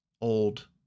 old